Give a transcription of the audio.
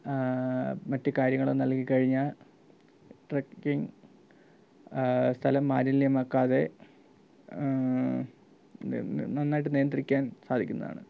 മറ്റ് കാര്യങ്ങളും നൽകികഴിഞ്ഞാൽ ട്രക്കിങ്ങ് സ്ഥലം മാലിന്യമാക്കാതെ നി നി നന്നായിട്ട് നിയന്ത്രിക്കാൻ സാധിക്കുന്നതാണ്